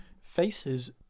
Faces